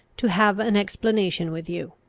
to have an explanation with you.